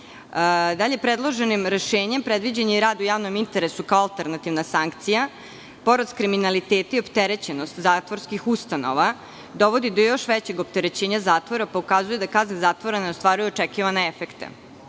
predloženim rešenjem predviđen je i rad u javnom interesu, kao alternativna sankcija. Porast kriminaliteta i opterećenost zatvorskih ustanova dovodi do još većeg opterećenja zatvora, pokazuje da kazne zatvora ne ostvaruju očekivane efekte. Smatram